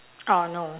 oh no